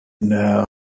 No